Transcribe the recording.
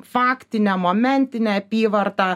faktinę momentinę apyvartą